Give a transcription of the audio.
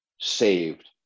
saved